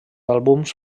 àlbums